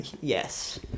Yes